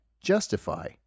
justify